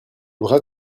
bras